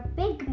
big